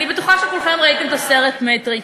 אני בטוחה שכולכם ראיתם את הסרט "מטריקס".